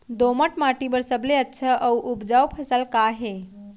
दोमट माटी बर सबले अच्छा अऊ उपजाऊ फसल का हे?